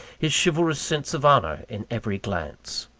his chivalrous sense of honour, in every glance.